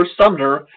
Sumner